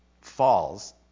falls